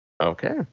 Okay